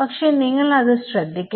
പക്ഷെ നിങ്ങൾ അത് ശ്രദ്ധിക്കണ്ട